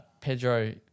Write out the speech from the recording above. Pedro